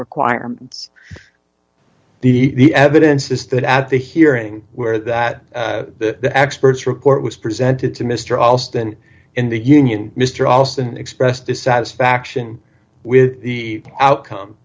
requirements the evidence is that at the hearing where that the expert's report was presented to mr alston in the union mr alston expressed dissatisfaction with the outcome